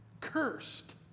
Cursed